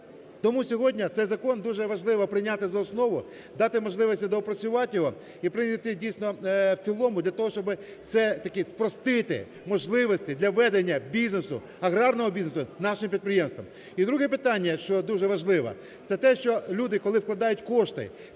Тому сьогодні цей закон дуже важливо прийняти за основу, дати можливості доопрацювати його і прийняти дійсно в цілому для того, щоби все-таки спростити можливості для ведення бізнесу, аграрного бізнесу нашим підприємствам. І друге питання, що дуже важливо, це те, що люди, коли вкладають кошти